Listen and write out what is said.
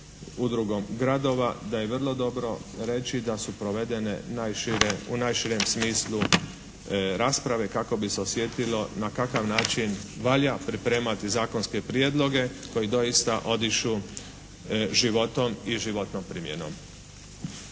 udrugom gradova, da je vrlo dobro reći da su provedene u najširem smislu rasprave kako bi se osjetilo na kakav način valja pripremati zakonske prijedloge koji doista odišu životom i životnom primjenom.